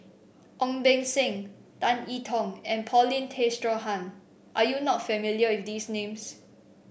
Ong Beng Seng Tan I Tong and Paulin Tay Straughan are you not familiar with these names